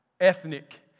ethnic